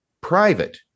private